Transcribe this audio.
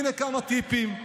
הינה כמה טיפים: